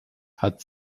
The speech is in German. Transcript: hat